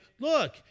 look